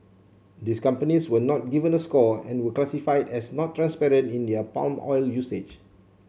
these companies were not given a score and were classified as not transparent in their palm oil usage